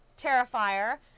Terrifier